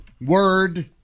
word